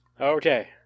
okay